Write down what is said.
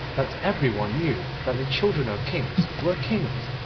that every one knew that the children of kings were kings,